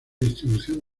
distribución